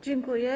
Dziękuję.